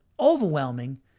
Overwhelming